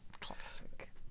Classic